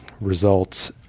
results